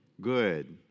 Good